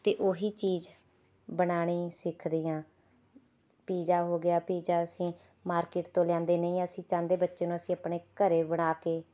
ਅਤੇ ਉਹੀ ਚੀਜ਼ ਬਣਾਉਣੀ ਸਿੱਖਦੀ ਹਾਂ ਪੀਜ਼ਾ ਹੋ ਗਿਆ ਪੀਜ਼ਾ ਅਸੀਂ ਮਾਰਕਿਟ ਤੋਂ ਲਿਆਉਂਦੇ ਨਹੀਂ ਅਸੀਂ ਚਾਹੁੰਦੇ ਬੱਚੇ ਨੂੰ ਅਸੀਂ ਆਪਣੇ ਘਰ ਬਣਾ ਕੇ